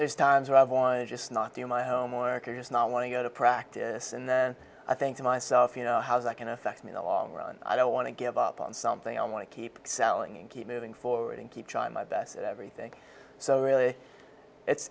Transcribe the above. there's times where i've just not do my homework or just not want to go to practice and then i think to myself you know how that can affect me the long run i don't want to give up on something i want to keep selling and keep moving forward and keep trying my best at everything so really it's